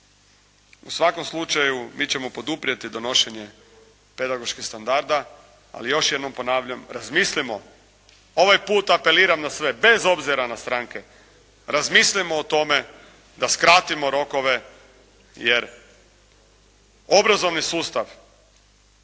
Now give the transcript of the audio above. U svakom slučaju mi ćemo poduprijeti donošenje pedagoških standarda, ali još jednom ponavljam, razmislimo. Ovaj put apeliram na sve, bez obzira na stranke. Razmislimo o tome da skratimo rokove, jer obrazovni sustav